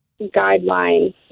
guidelines